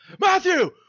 Matthew